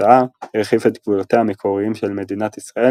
וכתוצאה הרחיב את גבולותיה המקוריים של מדינת ישראל